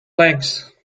legs